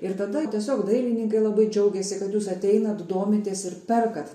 ir tada tiesiog dailininkai labai džiaugėsi kad jūs ateinat domitės ir perkat